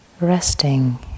resting